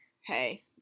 hey